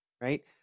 Right